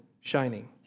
shining